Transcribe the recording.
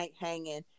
hanging